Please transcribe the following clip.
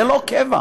זה לא קבע,